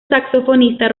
saxofonista